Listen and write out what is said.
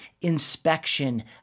inspection